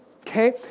Okay